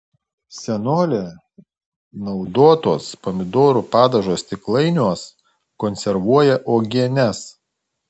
senolė naudotuos pomidorų padažo stiklainiuos konservuoja uogienes